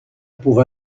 pour